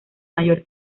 mayor